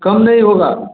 कम नहीं होगा